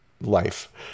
life